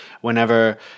whenever